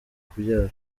kubyara